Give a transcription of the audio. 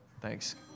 thanks